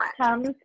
comes